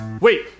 Wait